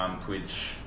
Twitch